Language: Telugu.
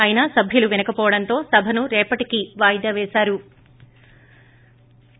అయినా సభ్యులు వినకపోవడంతో సభను రేపటికి వాయిదా పేశారు